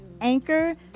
Anchor